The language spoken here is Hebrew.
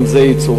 גם זה יצורף.